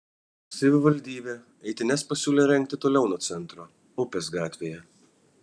savivaldybė eitynes pasiūlė rengti toliau centro upės gatvėje